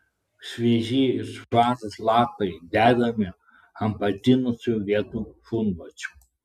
švieži ir švarūs lapai dedami ant patinusių vietų šunvočių